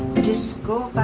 it. is that